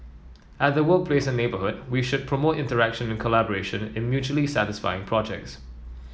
at the workplace and neighbourhood we should promote interaction and collaboration in mutually satisfying projects